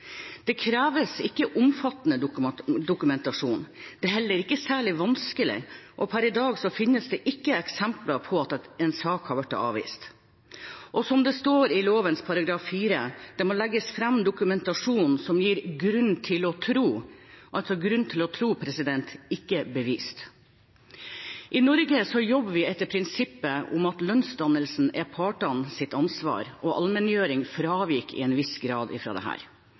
Det kreves ikke omfattende dokumentasjon, det er heller ikke særlig vanskelig, og per i dag finnes det ikke eksempler på at en sak har blitt avvist. Og som det står i lovens § 4, må det legges fram dokumentasjon som gir «grunn til å tro» at vilkårene er oppfylt – altså grunn til å tro, ikke at det er bevist. I Norge jobber vi etter prinsippet om at lønnsdannelsen er partenes ansvar. Allmenngjøring fraviker til en viss grad